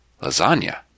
lasagna